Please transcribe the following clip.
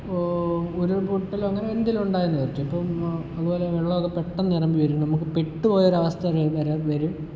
ഇപ്പോൾ ഉരുൾ പൊട്ടലോ അങ്ങനെ എന്തേലും ഒണ്ടയന്ന് വച്ചോ ഇപ്പം അതുപോലെ വെള്ളൊക്കെ പെട്ടന്ന് എരമ്പി വരും നമുക്ക് പെട്ട് പോയാൽ ഒരവസ്ഥ വരും